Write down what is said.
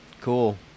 Cool